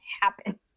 happen